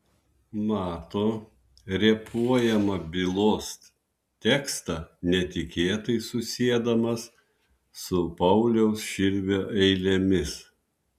mato repuojamą bylos tekstą netikėtai susiedamas su pauliaus širvio eilėmis